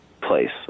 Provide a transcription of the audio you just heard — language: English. place